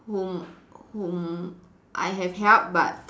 whom whom I have helped but